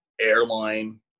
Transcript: airline